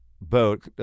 boat